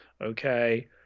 Okay